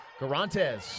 Garantes